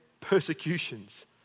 persecutions